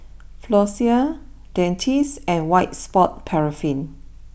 Floxia Dentiste and White Sport Paraffin